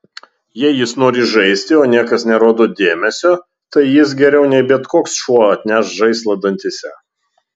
jei jis nori žaisti o niekas nerodo dėmesio tai jis geriau nei bet koks šuo atneš žaislą dantyse